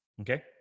Okay